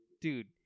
Dude